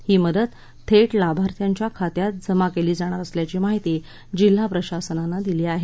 ही मदत थेट लाभार्थ्यांच्या खात्यात जमा केली जाणार असल्याची माहिती जिल्हा प्रशासनाने दिली आहे